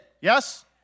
Yes